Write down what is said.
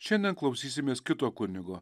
šiandien klausysimės kito kunigo